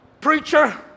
preacher